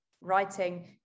writing